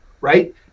right